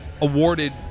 awarded